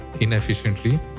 inefficiently